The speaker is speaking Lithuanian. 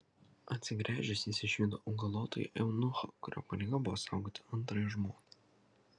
atsigręžęs jis išvydo augalotąjį eunuchą kurio pareiga buvo saugoti antrąją žmoną